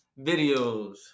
videos